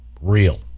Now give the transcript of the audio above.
real